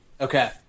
Okay